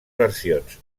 versions